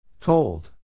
Told